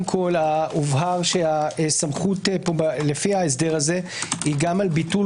כל הובהר שהסמכות לפי ההסדר הזה היא גם על ביטול